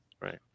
right